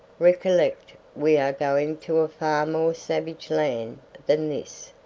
recollect we are going to a far more savage land than this,